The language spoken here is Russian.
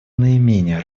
наименее